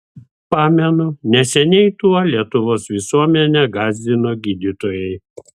pamenu neseniai tuo lietuvos visuomenę gąsdino gydytojai